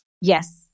Yes